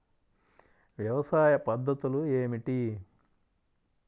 వ్యవసాయ పద్ధతులు ఏమిటి?